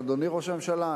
אדוני ראש הממשלה,